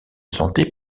santé